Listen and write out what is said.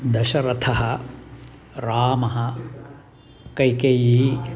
दशरथः रामः कैकेयी